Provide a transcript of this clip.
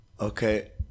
Okay